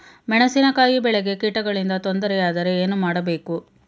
ಮೆಣಸಿನಕಾಯಿ ಬೆಳೆಗೆ ಕೀಟಗಳಿಂದ ತೊಂದರೆ ಯಾದರೆ ಏನು ಮಾಡಬೇಕು?